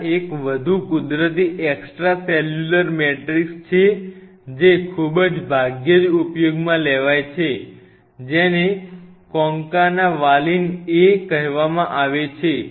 ત્યાં એક વધુ કુદરતી એક્સ્ટ્રા સેલ્યુલર મેટ્રિક્સ છે જે ખૂબ જ ભાગ્યે જ ઉપયોગમાં લેવાય છે જેને કોન્કાના વાલીન A કહેવામાં આવે છે